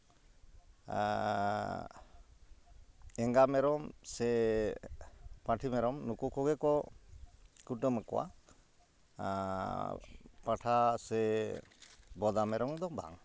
ᱮᱸᱜᱟ ᱢᱮᱨᱚᱢ ᱥᱮ ᱯᱟᱹᱴᱷᱤ ᱢᱮᱨᱚᱱ ᱱᱩᱠᱩ ᱠᱚᱜᱮ ᱠᱚ ᱠᱩᱴᱟᱹᱢᱟᱠᱚᱣᱟ ᱯᱟᱸᱴᱷᱟ ᱥᱮ ᱵᱚᱫᱟ ᱢᱮᱨᱚᱢ ᱫᱚ ᱵᱟᱝ